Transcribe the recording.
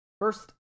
First